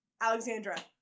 Alexandra